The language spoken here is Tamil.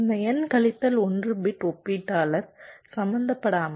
இந்த n கழித்தல் 1 பிட் ஒப்பீட்டாளர் சம்பந்தப்படாமல்